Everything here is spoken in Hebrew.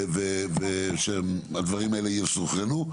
ושהדברים האלה יסונכרנו.